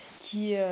qui